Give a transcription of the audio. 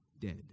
dead